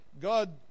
God